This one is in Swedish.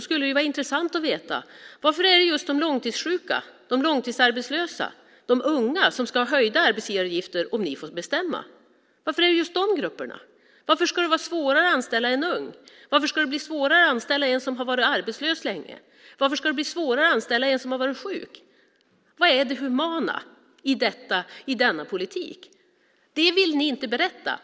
Det vore intressant att veta varför det är de långtidssjuka, de långtidsarbetslösa och de unga som ska ha höjda arbetsgivaravgifter om ni får bestämma. Varför är det just de grupperna? Varför ska det vara svårare att anställa en ung, en som har varit arbetslös länge eller en som har varit sjuk? Vad är det humana i denna politik? Det vill ni inte berätta.